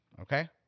Okay